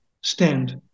stand